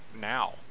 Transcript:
now